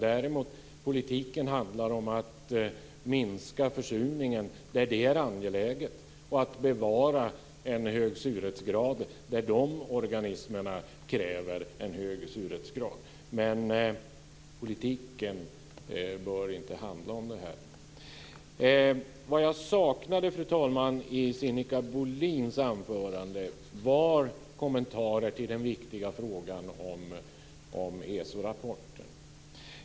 Däremot handlar politiken om att minska försurningen där det är angeläget och att bevara en hög surhetsgrad där organismerna kräver det. Men politiken bör inte handla om det här. Vad jag saknade, fru talman, i Sinikka Bohlins anförande var en kommentar till frågan om ESO rapporten.